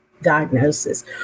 diagnosis